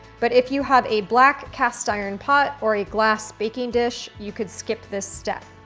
but if you have a black cast iron pot or a glass baking dish, you could skip this step.